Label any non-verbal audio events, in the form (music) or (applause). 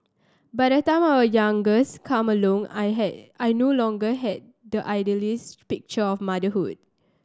by the time our youngest came along I (unintelligible) I no longer had the idealised picture of motherhood